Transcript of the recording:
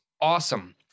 awesome